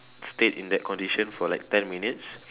stayed in that condition for like ten minutes